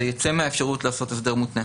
זה ייצא מהאפשרות לעשות הסדר מותנה.